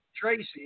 Tracy